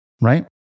Right